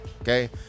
okay